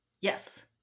yes